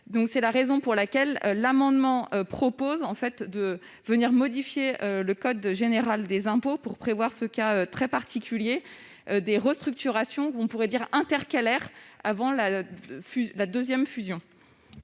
C'est la raison pour laquelle l'amendement vise à modifier le code général des impôts, afin de prévoir ce cas très particulier de restructurations « intercalaires » intervenant avant la deuxième fusion.